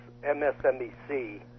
MSNBC